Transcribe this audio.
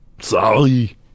Sorry